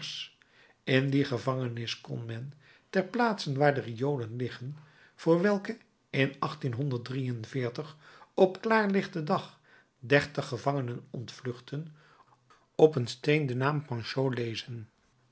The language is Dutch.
in die gevangenis kon men ter plaatse waar de riolen liggen door welke in op klaar lichten dag dertig gevangenen ontvluchtten op een steen den naam panchaud lezen